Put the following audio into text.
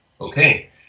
okay